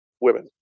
women